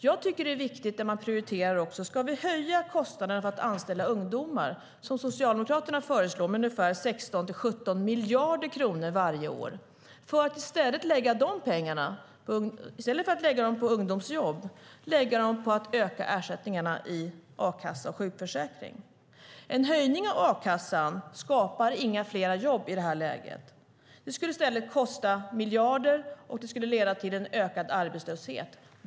Jag tycker att det är viktigt när man prioriterar att också ta ställning till om vi ska höja kostnaderna för att anställa ungdomar, som Socialdemokraterna föreslår, med 16-17 miljarder kronor varje år för att i stället för att lägga de pengarna på ungdomsjobb lägga dem på att öka ersättningarna i a-kassa och sjukförsäkring. En höjning av a-kassan skapar inga fler jobb i det här läget. Det skulle i stället kosta miljarder, och det skulle leda till en ökad arbetslöshet.